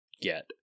get